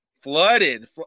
flooded